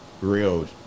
Real